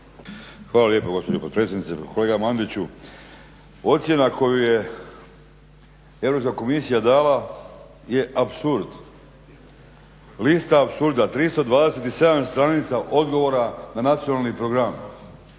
Hvala lijepo gospođo potpredsjednice. Kolega Mandiću, ocjena koju je Devizna komisija dala je apsurd, lista apsurda, 327 stranica odgovora na nacionalni program.